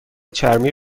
چرمی